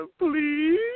please